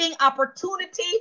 opportunity